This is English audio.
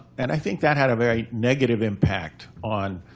and i think that had a very negative impact on